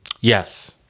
Yes